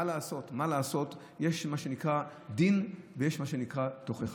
מה לעשות, יש מה שנקרא דין ויש מה שנקרא תוכחה.